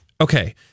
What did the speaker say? Okay